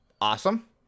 awesome